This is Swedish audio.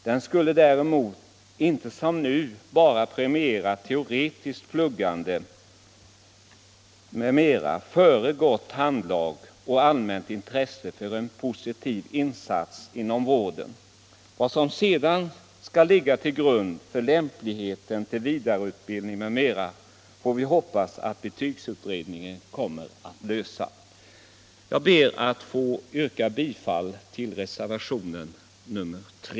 Den skulle däremot inte som nu bara premiera teoretiskt pluggande m.m. före gott handlag och allmänt intresse för en positiv insats inom vården. Frågan vad som sedan skall ligga till grund för lämpligheten till vidare utbildning får vi hoppas att betygsutredningen kommer att lösa. Jag ber att få yrka bifall till reservation nr 3.